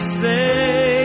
say